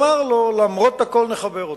למרות הכול, נחבר אותך.